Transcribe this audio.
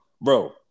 bro